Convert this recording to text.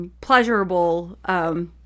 pleasurable